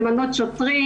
למנות שוטרים,